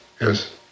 Yes